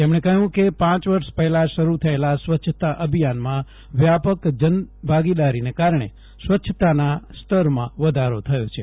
તેમણે કહયું કે પાંચ વર્ષ પહેલા શરૂ થયેલા સ્વચ્છતા અભિયાનમાં વ્યાપક જનભાગીદારીને કારજ્ઞે સ્વચ્છતાના સ્તરમાં વધારો થયો છે